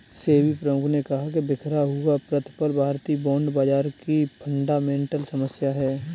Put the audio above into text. सेबी प्रमुख ने कहा कि बिखरा हुआ प्रतिफल भारतीय बॉन्ड बाजार की फंडामेंटल समस्या है